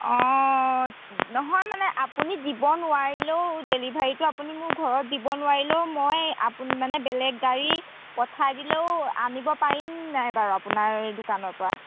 অঁ নহয় মানে আপুনি দিব নোৱাৰিলেও ডেলিভাৰীটো আপুনি মোৰ ঘৰত দিব নোৱাৰিলেও মই আপোন মানে বেলেগ গাড়ী পঠাই দিলেও আনিব পাৰিম নাই বাৰু আপোনাৰ দোকানৰ পৰা